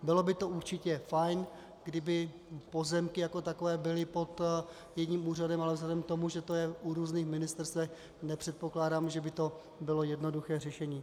Bylo by to určitě fajn, kdyby pozemky jako takové byly pod jedním úřadem, ale vzhledem k tomu, že to je u různých ministerstev, nepředpokládám, že by to bylo jednoduché řešení.